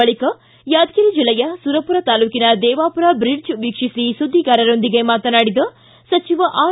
ಬಳಿಕ ಯಾದಗಿರಿ ಜಿಲ್ಲೆಯ ಸುರಪುರ ತಾಲೂಕಿನ ದೇವಾಪುರ ಬ್ರಿಡ್ಜ್ ವೀಕ್ಷಿಸಿ ಸುದ್ದಿಗಾರರೊಂದಿಗೆ ಮಾತನಾಡಿದ ಸಚಿವ ಆರ್